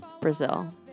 brazil